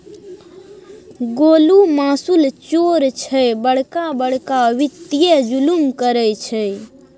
गोलु मासुल चोर छै बड़का बड़का वित्तीय जुलुम करय छै